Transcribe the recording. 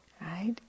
right